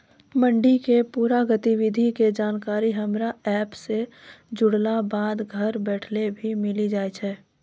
मंडी के पूरा गतिविधि के जानकारी हमरा एप सॅ जुड़ला बाद घर बैठले भी मिलि जाय छै